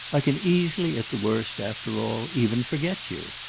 i can easily at the worst, after all, even forget you.